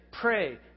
pray